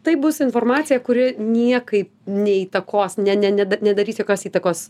tai bus informacija kuri niekaip neįtakos ne ne nedarys jokios įtakos